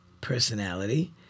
personality